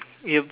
yup